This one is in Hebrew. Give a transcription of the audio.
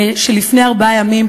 לפני ארבעה ימים,